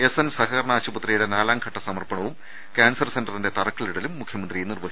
S N സഹകരണ ആശുപത്രിയുടെ നാലാംഘട്ട സമർപ്പണവും ക്യാൻസർ സെന്ററിന്റെ തറക്കല്ലിടലും മുഖ്യമന്ത്രി നിർവഹിക്കും